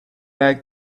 like